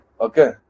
okay